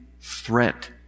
threat